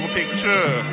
picture